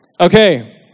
Okay